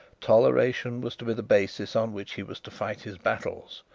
toleration was to be the basis on which he was to fight his battles,